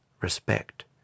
respect